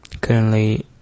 Currently